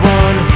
one